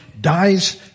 dies